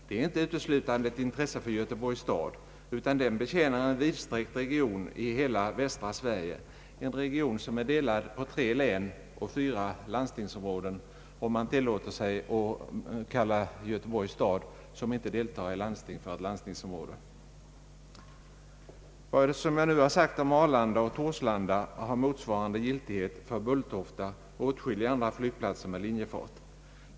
Den är inte uteslutande ett intresse för Göteborgs stad, utan den betjänar en vidsträckt region i västra Sverige, en region som är delad på tre län och fyra landstingsområden, om man räknar Göteborgs stad — som inte deltar i landsting — som ett sådant. Det jag nu sagt om Arlanda och Torslanda har motsvarande giltighet för Bulltofta och åtskilliga andra flygplatser med linjefart.